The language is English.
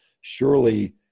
surely